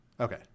Okay